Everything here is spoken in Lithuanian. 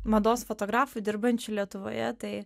mados fotografų dirbančių lietuvoje tai